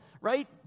right